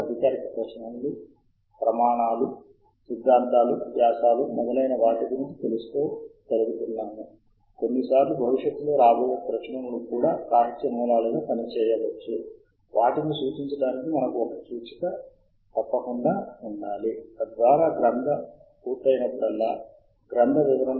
అంశం శీర్షిక రచయిత author identifiers editor group author ప్రచురణ పేరు డిఓఐ లింక్ ప్రచురణ సంవత్సరం చిరునామా మొదలైన క్షేత్రాలను ఎన్నుకోవడం మనకు సాధ్యమే తద్వారా మనము మనకి కావలసిన కథనాల కొరకు శోధించవచ్చు